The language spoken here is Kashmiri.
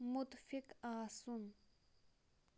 مُتفِق آسُن